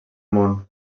món